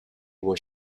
was